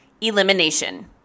elimination